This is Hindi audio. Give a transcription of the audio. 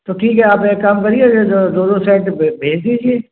तो ठीक है आप एक काम करिए दो दो सेट भेज दीजिए